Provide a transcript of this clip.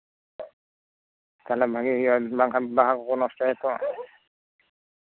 ᱛᱟᱞᱦᱮ ᱵᱷᱟᱜᱮ ᱦᱩᱭᱩᱜᱼᱟ ᱵᱟᱝᱠᱷᱟᱱ ᱵᱟᱦᱟ ᱠᱚᱠᱚ ᱱᱚᱥᱴᱚᱭᱟ ᱛᱚ